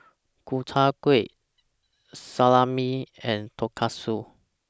Gobchang Gui Salami and Tonkatsu